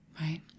Right